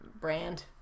brand